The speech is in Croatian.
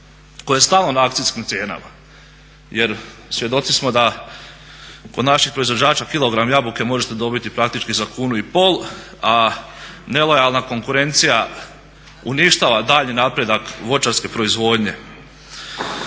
koje je stalno na akcijskim cijenama jer svjedoci smo da kod naših proizvođača kg jabuke možete dobiti praktički za 1,5 kunu a nelojalna konkurencija uništava daljnji napredak voćarske proizvodnje.